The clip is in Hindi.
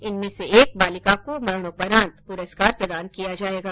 इनमें एक बालिका को मरणोपरान्त पुरस्कार प्रदान किया जाएगा